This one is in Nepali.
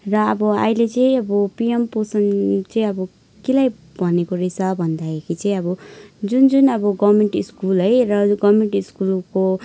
र अब अहिले चाहिँ अब पिएम पोषण चाहिँ अब केलाई भनेको रहेछ भन्दाखेरि चाहिँ अब जुन जुन अब गभर्मेन्ट स्कुल है र गभर्मेन्ट स्कुलको